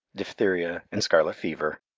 diphtheria, and scarlet fever!